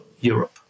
Europe